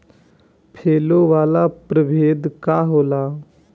फैले वाला प्रभेद का होला?